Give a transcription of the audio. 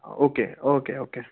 okay okay okay